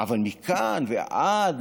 אבל מכאן ועד